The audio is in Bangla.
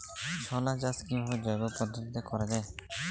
ছোলা চাষ কিভাবে জৈব পদ্ধতিতে করা যায়?